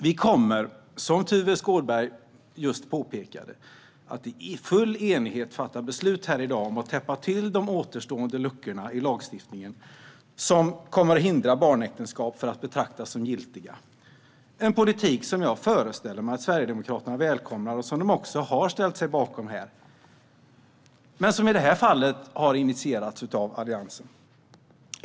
Vi kommer, som Tuve Skånberg just påpekade, att i full enighet fatta beslut här i dag om att täppa till de återstående luckorna i lagstiftningen, vilket kommer att hindra barnäktenskap från att betraktas som giltiga - en politik som jag föreställer mig att Sverigedemokraterna välkomnar och som de också har ställt sig bakom här, men som i det här fallet har initierats av Alliansen.